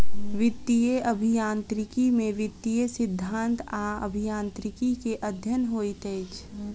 वित्तीय अभियांत्रिकी में वित्तीय सिद्धांत आ अभियांत्रिकी के अध्ययन होइत अछि